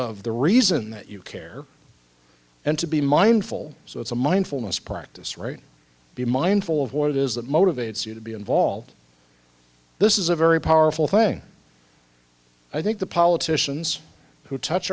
of the reason that you care and to be mindful so it's a mindfulness practice right be mindful of what it is that motivates you to be involved this is a very powerful thing i think the politicians who touch